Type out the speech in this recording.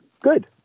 good